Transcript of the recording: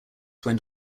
went